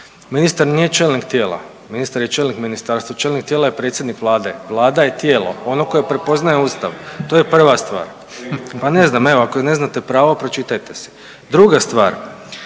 Ministar nije čelnik tijela, ministar je čelnik ministarstva. Čelnik tijela je predsjednik Vlade, Vlada je tijelo ono koje prepoznaje Ustav, to je prva stvar, pa ne znam ako ne znate pravo pročitajte si. Druga stvar,